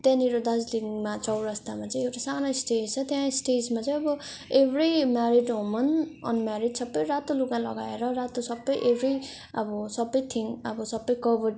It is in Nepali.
त्यहाँनिर दार्जिलिङमा चौरास्तामा चाहिँ एउटा सानो स्टेज छ त्यहाँ स्टेजमा चाहिँ अब एभ्री म्यारिड हुमन अनम्यारिड सबै रातो लुगा लगाएर रातो सबै एभ्री अब सबै थिङ अब सबै कभर्ड